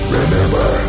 remember